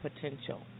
potential